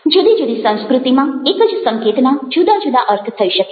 જુદી જુદી સંસ્કૃતિમાં એક જ સંકેતના જુદા જુદા અર્થ થઈ શકે છે